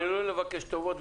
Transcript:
אני לא אוהב לבקש טובות,